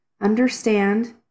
understand